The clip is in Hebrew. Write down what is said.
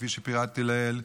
כפי שפירטתי לעיל,